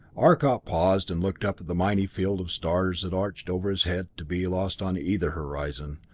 arcot paused and looked up at the mighty field of stars that arched over his head to be lost on either horizon.